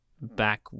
back